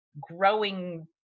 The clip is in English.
growing